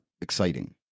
exciting